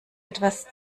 etwas